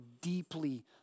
deeply